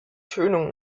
tönung